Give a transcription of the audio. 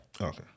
Okay